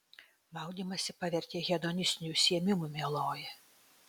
maudymąsi pavertei hedonistiniu užsiėmimu mieloji